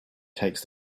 takes